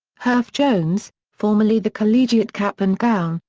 herff jones, formerly the collegiate cap and gown,